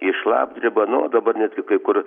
į šlapdribą nu o dabar netgi kai kur